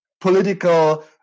political